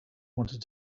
wanted